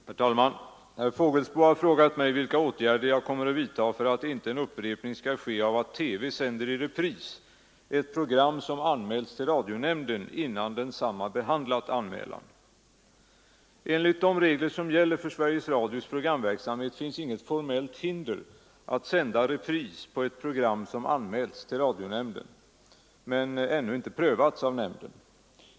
Herr talman! Herr Fågelsbo har frågat mig vilka åtgärder jag kommer att vidtaga för att inte en upprepning skall ske av att TV sänder i repris ett program som anmälts till radionämnden innan densamma behandlat anmälan. Enligt de regler som gäller för Sveriges Radios programverksamhet finns inget formellt hinder att sända repris på ett program som anmälts till radionämnden men ännu inte prövats av nämnden.